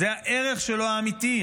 זה הערך שלו, האמיתי.